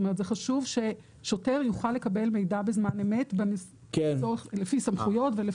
זה חשוב ששוטר יוכל לקבל מידע בזמן אמת לפי סמכויות.